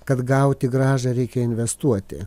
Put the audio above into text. kad gauti grąžą reikia investuoti